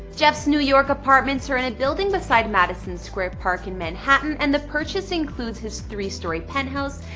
jeff's new york apartments are in a building beside madison square park in manhattan and the purchase includes his three-story penthouse,